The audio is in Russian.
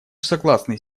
согласны